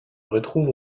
retrouve